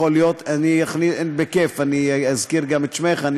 יכול להיות, בכיף אזכיר גם את שמך.